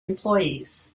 employees